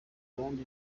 abandi